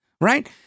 right